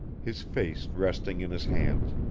his face resting in his hands,